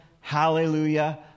hallelujah